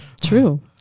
True